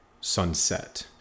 sunset